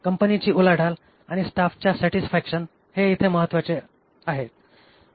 कंपनीची उलाढाल आणि स्टाफच्या सॅटिसफॅक्शन हे इथे महत्वाचे आहात